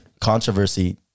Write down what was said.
controversy